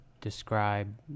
describe